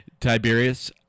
Tiberius